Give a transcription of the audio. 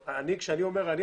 כשאני אומר אני,